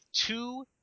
two